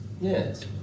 Yes